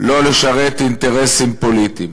לא לשרת אינטרסים פוליטיים.